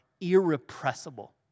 irrepressible